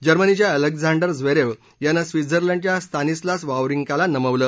जर्मनीच्या Alexander Zverev यानं स्वित्झर्लंडच्या स्तानिस्लास वावरिंकाला नमवलं